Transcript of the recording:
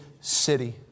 city